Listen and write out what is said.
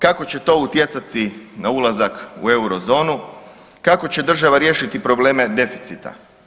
Kako će to utjecati na ulazak u Eurozonu, kako će država riješiti probleme deficita.